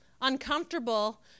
uncomfortable